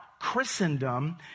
Christendom